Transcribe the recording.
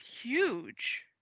huge